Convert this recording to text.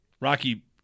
Rocky